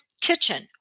kitchen